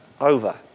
over